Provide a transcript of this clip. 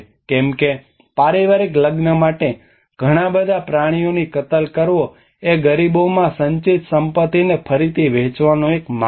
કેમ કે પારિવારિક લગ્ન માટે ઘણા બધા પ્રાણીઓનો કતલ કરવો એ ગરીબોમાં સંચિત સંપત્તિને ફરીથી વહેંચવાનો એક માર્ગ છે